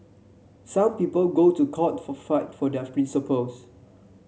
some people go to court for fight for their principles